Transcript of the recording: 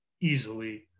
easily